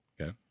Okay